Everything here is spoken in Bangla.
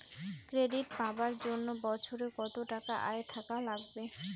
ক্রেডিট পাবার জন্যে বছরে কত টাকা আয় থাকা লাগবে?